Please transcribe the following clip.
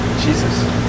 Jesus